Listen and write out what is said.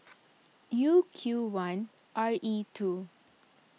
U Q one R E two